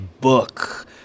book